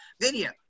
video